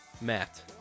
Matt